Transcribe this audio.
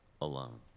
alone